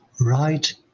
right